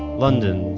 london.